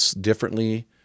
differently